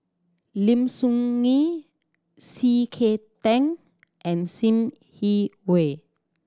Lim Soo Ngee C K Tang and Sim Yi Hui